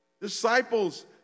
Disciples